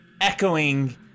echoing